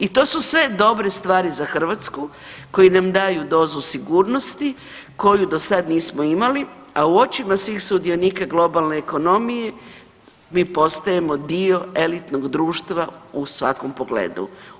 I to su sve dobre stvari za Hrvatsku koji nam daju dozu sigurnosti koju do sad nismo imali, a u očima svih sudionika globalne ekonomije, mi postajemo dio elitnog društva u svakom pogledu.